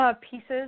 pieces